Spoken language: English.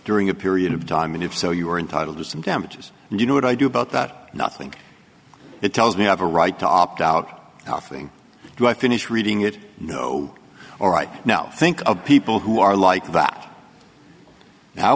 during a period of time and if so you are entitled to some damages and you know what i do about that nothing it tells me i have a right to opt out nothing do i finish reading it no or right now think of people who are like that now